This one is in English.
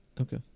okay